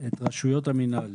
את רשויות המינהל